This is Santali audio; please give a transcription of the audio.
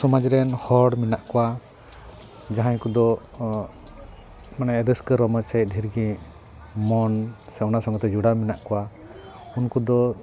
ᱥᱚᱢᱟᱡᱽ ᱨᱮᱱ ᱦᱚᱲ ᱢᱮᱱᱟᱜ ᱠᱚᱣᱟ ᱡᱟᱦᱟᱸᱭ ᱠᱚᱫᱚ ᱢᱟᱱᱮ ᱨᱟᱹᱥᱠᱟᱹ ᱨᱚᱢᱚᱡᱽ ᱥᱮᱫ ᱰᱷᱮᱨ ᱜᱮ ᱢᱚᱱ ᱥᱮ ᱚᱱᱟ ᱥᱚᱸᱜᱮ ᱛᱮ ᱡᱚᱲᱟᱣ ᱢᱮᱱᱟᱜ ᱠᱚᱣᱟ ᱩᱱᱠᱩ ᱫᱚ